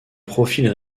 profil